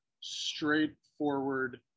straightforward